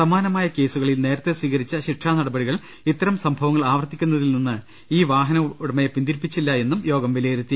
സമാനമായ കേസുകളിൽ നേരത്തേ സ്വീകരിച്ച ശിക്ഷാ അനടപടികൾ ഇത്തരം സംഭവങ്ങൾ ആവർത്തിയ്ക്കുന്നതിൽ നിന്ന് ഈ വാഹന ഉടമയെ പിന്തിരിപ്പിച്ചില്ല എന്നും യോഗം വിലയിരുത്തി